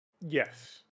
Yes